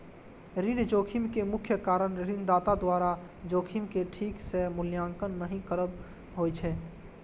ऋण जोखिम के मुख्य कारण ऋणदाता द्वारा जोखिम के ठीक सं मूल्यांकन नहि करब होइ छै